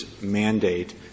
mandate